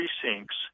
precincts